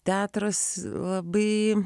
teatras labai